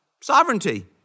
sovereignty